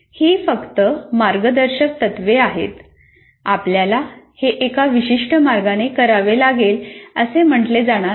ही फक्त मार्गदर्शक तत्त्वे आहेत आपल्याला हे एका विशिष्ट मार्गाने करावे लागेल असे म्हटले जाणार नाही